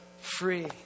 free